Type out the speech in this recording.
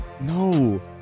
No